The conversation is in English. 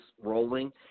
rolling